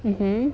mmhmm